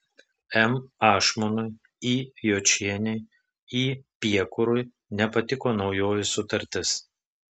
m ašmonui i jočienei i piekurui nepatiko naujoji sutartis